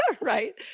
Right